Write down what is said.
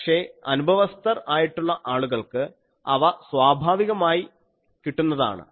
പക്ഷേ അനുഭവസ്ഥർ ആയിട്ടുള്ള ആളുകൾക്ക് അവ സ്വാഭാവികമായി കിട്ടുന്നതാണ്